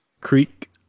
Creek